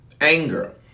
anger